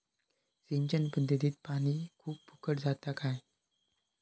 सिंचन पध्दतीत पानी खूप फुकट जाता काय?